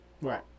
Right